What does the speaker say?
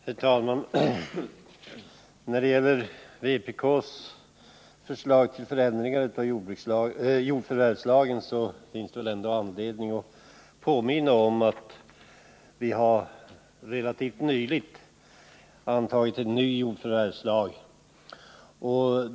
Herr talman! När det gäller vpk:s förslag till förändringar av jordförvärvslagen finns det anledning påminna om att vi relativt nyligen har antagit en ny jordförvärvslag.